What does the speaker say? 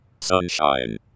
Sunshine